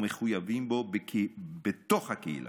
ומחויבים לו בתוך הקהילה,